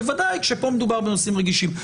בוודאי כשפה מדובר בנושאים רגישים.